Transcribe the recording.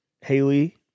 Haley